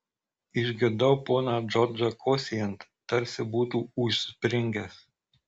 išgirdau poną džordžą kosėjant tarsi būtų užspringęs